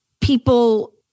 people